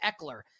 Eckler